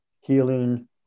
healing